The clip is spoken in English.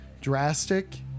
drastic